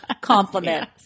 compliment